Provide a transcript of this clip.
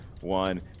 one